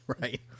Right